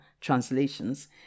translations